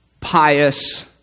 pious